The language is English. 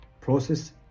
process